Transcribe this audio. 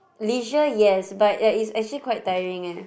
leisure yes but ya it's actually quite tiring eh